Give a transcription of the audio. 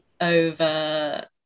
over